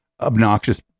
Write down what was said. obnoxious